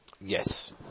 Yes